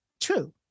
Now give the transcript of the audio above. true